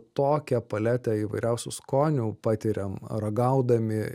tokią paletę įvairiausių skonių patiriam ragaudami